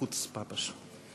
חוצפה פשוט.